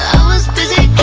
was busy